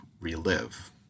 relive